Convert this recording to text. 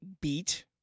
Beat